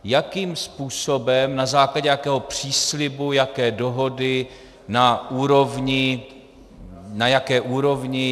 Jakým způsobem, na základě jakého příslibu, jaké dohody, na jaké úrovni?